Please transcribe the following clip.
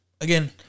again